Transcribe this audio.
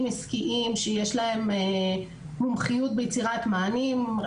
עסקיים שיש להם מומחיות ביצירת מענים.